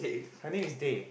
I think is Dhey